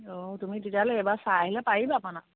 অঁ তুমি তেতিয়াহ'লে এইবাৰ চাই আহিলে পাৰিবা বনাব